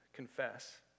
confess